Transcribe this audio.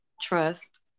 Trust